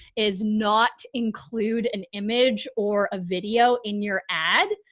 is not include an image or a video in your ad.